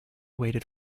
waited